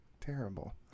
terrible